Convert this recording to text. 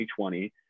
2020